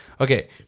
Okay